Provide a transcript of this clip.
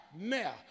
now